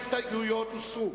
ההסתייגויות הוסרו